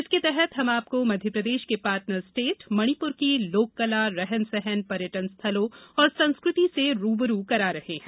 इसके तहत हम आपको मध्यप्रदेश के पार्टनर स्टेट मणिपुर की लोककला रहन सहन पर्यटन स्थलों और संस्कृति से रू ब रू करा रहे हैं